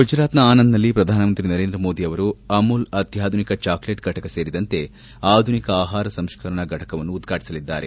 ಗುಜರಾತ್ನ ಆನಂದನಲ್ಲಿ ಪ್ರಧಾನಮಂತ್ರಿ ನರೇಂದ್ರ ಮೋದಿ ಅವರು ಅತ್ಲಾಧುನಿಕ ಚಾಕ್ಷೇಟ್ ಫಟಕ ಸೇರಿದಂತೆ ಆಧುನಿಕ ಆಹಾರ ಸಂಸ್ಕರಣಾ ಕೇಂದ್ರವನ್ನು ಉದ್ವಾಟಿಸಲಿದ್ದಾರೆ